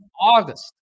August